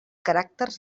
caràcters